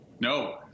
No